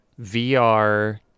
VR